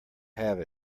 have